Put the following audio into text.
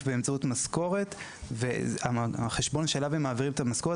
באמצעות משכורת והחשבון אליו הם מעבירים את המשכורת